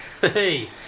Hey